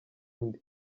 undi